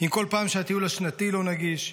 כל פעם שהטיול השנתי לא נגיש,